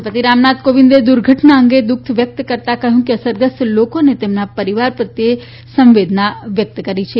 રાષ્ટ્રપતિ રામનાથ કોવિંદે દુર્ધટના અંગે દુઃખ વ્યક્ત કરતાં કહ્યું છે કે અસરગ્રસ્ત લોકો અને તેમના પરિવાર પ્રત્યે સંવેદના વ્યક્ત કરી છે